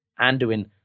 Anduin